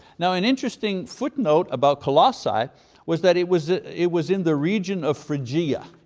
now an interesting footnote about colossae was that it was it was in the region of phrygia,